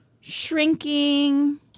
Shrinking